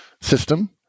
system